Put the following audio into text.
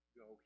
go